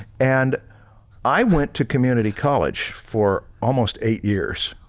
and i went to community college for almost eight years.